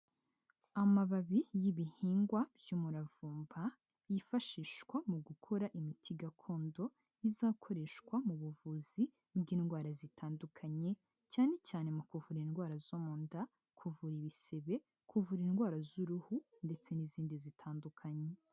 Amababi y'ibihingwa by'umuravumba yifashishwa mu gukora imiti gakondo, izakoreshwa mu buvuzi bw'indwara zitandukanye cyane cyane mu kuvura indwara zo mu nda, kuvura ibisebe, kuvura indwara z'uruhu ndetse n'izindi zitandukanye.